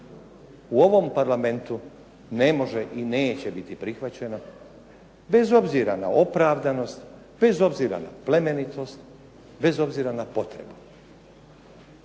u ovom Parlamentu ne može i neće biti prihvaćeno bez obzira na opravdanost, bez obzira na plemenitost, bez obzira na potrebu.